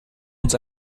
uns